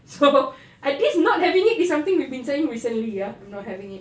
so I guess not having it is something we've been saying recently ah not having it